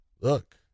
look